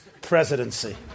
presidency